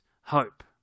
hope